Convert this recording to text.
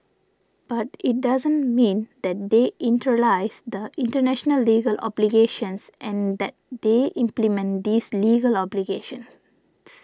but it doesn't mean that they internalise the international legal obligations and that they implement these legal obligations